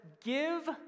give